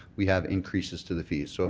we have increases to the fees. so